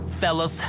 fellas